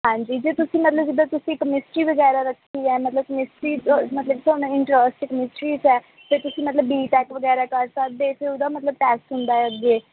ਹਾਂਜੀ ਜੇ ਤੁਸੀਂ ਮਤਲਬ ਜਿੱਦਾਂ ਤੁਸੀਂ ਕੈਮਿਸਟਰੀ ਵਗੈਰਾ ਰੱਖੀ ਹੈ ਮਤਲਬ ਕੈਮਿਸਟਰੀ ਮਤਲਬ ਤੁਹਾਨੂੰ ਇੰਟਰਸਟ ਕੈਮਿਸਟਰੀ 'ਚ ਹੈ ਅਤੇ ਤੁਸੀਂ ਮਤਲਬ ਬੀ ਟੈਕ ਵਗੈਰਾ ਕਰ ਸਕਦੇ ਅਤੇ ਉਹਦਾ ਮਤਲਬ ਟੈਸਟ ਹੁੰਦਾ ਅੱਗੇ